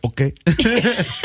okay